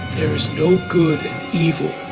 there is no good and evil.